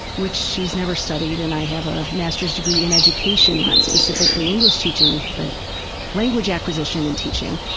which she has never studied and i have a master's degree in education. not specifically english teaching but language acquisition and teaching.